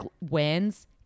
wins